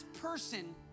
person